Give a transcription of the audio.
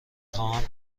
خواهم